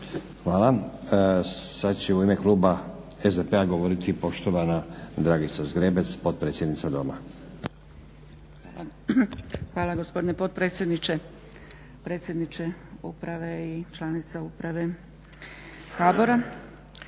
Hvala. Sad će u ime kluba SDP-a govoriti poštovana Dragica Zgrebec, potpredsjednica Doma. **Zgrebec, Dragica (SDP)** Hvala gospodine potpredsjedniče, predsjedniče uprave i članica uprave HBOR-a.